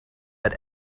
but